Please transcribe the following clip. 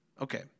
Okay